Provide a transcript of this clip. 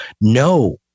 No